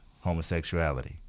homosexuality